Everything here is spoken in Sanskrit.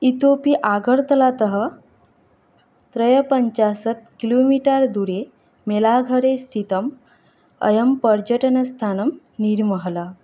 इतोपि आगर्तलातः त्रयःपञ्चाशत् किलो मिटर् दूरे मेलाघरे स्थितम् अयं पर्यटनस्थानं निर्महल